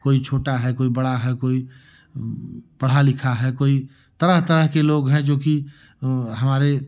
कोई छोटा है कोइ बड़ा है कोई पढ़ा लिखा है कोई तरह तरह के लोग हैं जो कि वह हमारे